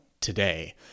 today